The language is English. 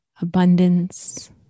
abundance